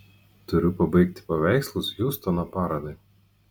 turiu pabaigti paveikslus hjustono parodai